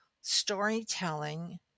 storytelling